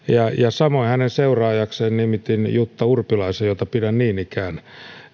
samoin hänen seuraajakseen nimitin jutta urpilaisen jota pidän niin ikään